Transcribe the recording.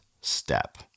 step